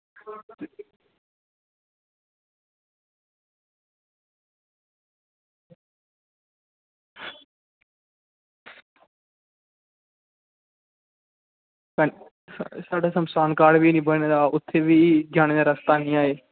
साढ़े शमशान घाट निं बने दा ना उत्थें जाने दा रस्ता ऐ